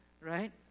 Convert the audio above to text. right